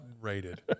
rated